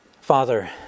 Father